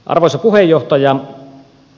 arvoisa puheenjohtaja